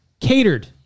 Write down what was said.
catered